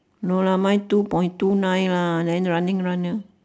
no lah mine two point two nine lah then running lah